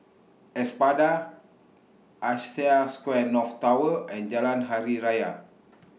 Espada Asia Square North Tower and Jalan Hari Raya